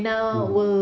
pull